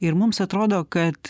ir mums atrodo kad